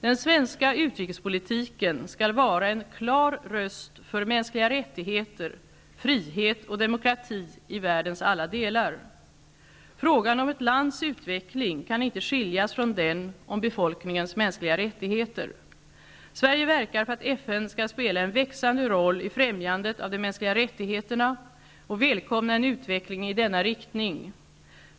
Den svenska utrikespolitiken skall vara en klar röst för mänskliga rättigheter, frihet och demokrati i världens alla delar. Frågan om ett lands utveckling kan inte skiljas från den om befolkningens mänskliga rättigheter. Sverige verkar för att FN skall spela en växande roll i främjandet av de mänskliga rättigheterna och välkomnar en utveckling i denna riktning.